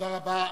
תודה רבה.